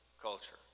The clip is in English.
culture